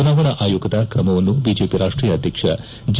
ಚುನಾವಣಾ ಆಯೋಗದ ಕ್ರಮವನ್ನು ಬಿಜೆಪಿ ರಾಷ್ಟೀಯ ಅಧ್ಯಕ್ಷ ಜೆ